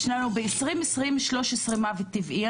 יש לנו ב-2020 13 מוות טבעי,